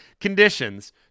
Conditions